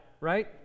right